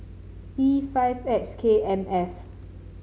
E five X K M F